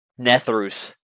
Nethru's